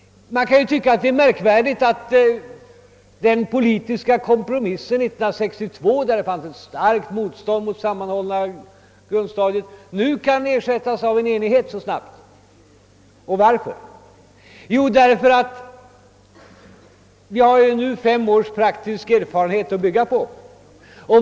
Man kan tycka att det är märkvärdigt att den politiska kompromissen 1962, då det fanns ett starkt motstånd mot det sammanhållna grundstadiet, nu så snabbt kan ersättas av en enighet. Varför? Jo, vi har nu fem års praktisk erfarenhet att bygga på.